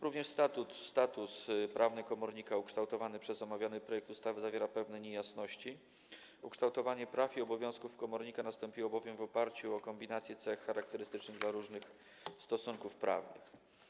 Również status prawny komornika ukształtowany przez omawiany projekt ustawy zawiera pewne niejasności, ukształtowanie praw i obowiązków komornika nastąpiło bowiem w oparciu o kombinację cech charakterystycznych dla różnych stosunków prawnych.